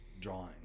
drawing